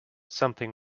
something